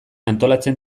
antolatzen